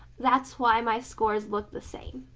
that's why my scores look the same.